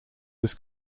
was